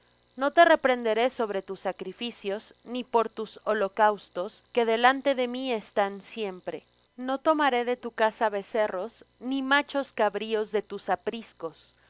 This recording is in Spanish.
no te reprenderé sobre tus sacrificios ni por tus holocaustos que delante de mí están siempre no tomaré de tu casa becerros ni machos cabríos de tus apriscos